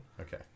Okay